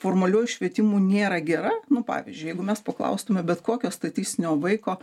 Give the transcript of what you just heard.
formaliuoju švietimu nėra gera nu pavyzdžiui jeigu mes paklaustume bet kokio statistinio vaiko